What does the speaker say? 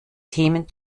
themen